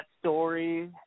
story